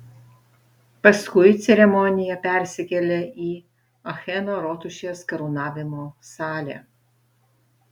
paskui ceremonija persikėlė į acheno rotušės karūnavimo salę